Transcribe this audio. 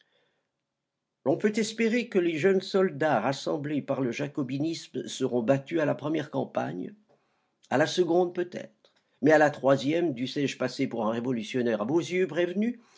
l'on peut espérer que les jeunes soldats rassemblés par le jacobinisme seront battus à la première campagne à la seconde peut-être mais à la troisième dussé-je passer pour un révolutionnaire à vos yeux prévenus